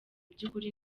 byukuri